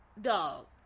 dog